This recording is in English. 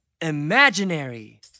Imaginary